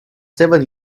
seven